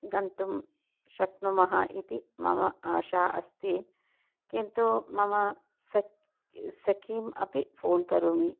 गन्तुं शक्नुमः इति मम आशा अस्ति किन्तु मम सक् सखीम् अपि फ़ोन् करोमि